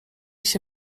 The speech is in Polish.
się